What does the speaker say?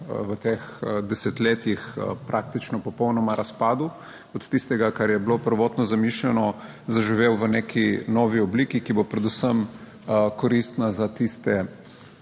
v teh desetletjih praktično popolnoma razpadel od tistega, kar je bilo prvotno zamišljeno, zaživel v neki novi obliki, ki bo predvsem koristna za tiste